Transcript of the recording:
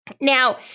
Now